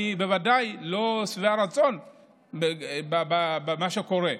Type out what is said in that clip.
אני בוודאי לא שבע רצון ממה שקורה,